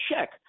check